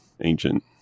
ancient